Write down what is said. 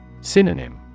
Synonym